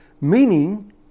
meaning